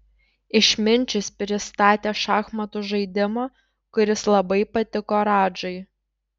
išminčius pristatė šachmatų žaidimą kuris labai patiko radžai